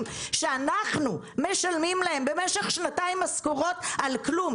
שאנחנו משלמים להם משכורות במשך שנתיים על כלום,